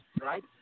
right